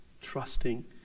trusting